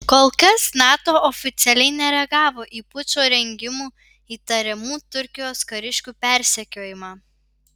kol kas nato oficialiai nereagavo į pučo rengimu įtariamų turkijos kariškių persekiojimą